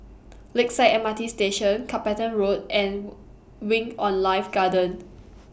Lakeside M R T Station Carpenter Road and Wing on Life Garden